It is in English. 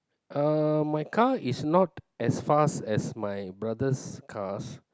uh my car is not as fast as my brothers' cars